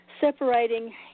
separating